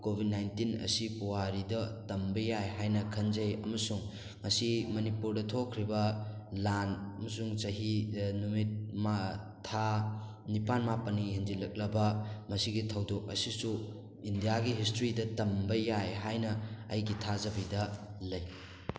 COVID nineteen ꯑꯁꯤ ꯄꯨꯋꯥꯔꯤꯗ ꯇꯝꯕ ꯌꯥꯏ ꯍꯥꯏꯅ ꯈꯟꯖꯩ ꯑꯃꯁꯨꯡ ꯉꯁꯤ ꯃꯅꯤꯄꯨꯔꯗ ꯊꯣꯛꯈ꯭ꯔꯤꯕ ꯂꯥꯟ ꯑꯃꯁꯨꯡ ꯆꯍꯤ ꯅꯨꯃꯤꯠ ꯊꯥ ꯅꯤꯄꯥꯟ ꯃꯥꯄꯟꯅꯤ ꯍꯦꯟꯖꯤꯜꯂꯛꯂꯕ ꯃꯁꯤꯒꯤ ꯊꯧꯗꯣꯛ ꯑꯁꯤꯁꯨ ꯏꯟꯗꯤꯌꯥꯒꯤ ꯍꯤꯁꯇ꯭ꯔꯤꯗ ꯇꯝꯕ ꯌꯥꯏ ꯍꯥꯏꯅ ꯑꯩꯒꯤ ꯊꯥꯖꯕꯤꯗ ꯂꯩ